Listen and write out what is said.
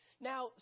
Now